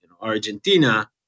Argentina